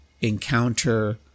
encounter